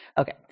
Okay